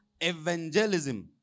Evangelism